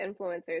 influencers